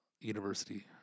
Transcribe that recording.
University